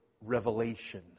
revelation